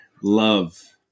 Love